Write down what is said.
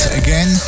again